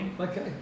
Okay